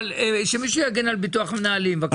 אבל שמישהו יגן על ביטוח מנהלים בבקשה.